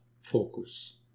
focus